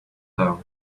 down